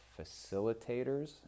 facilitators